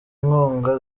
inkunga